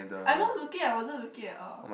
I'm not looking I wasn't looking at all